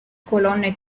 colonne